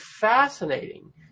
fascinating